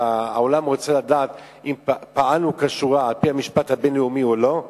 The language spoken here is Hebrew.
העולם רוצה לדעת אם פעלנו כשורה על-פי המשפט הבין-לאומי או שלא,